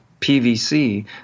PVC